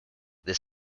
this